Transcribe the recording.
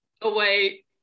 away